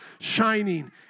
shining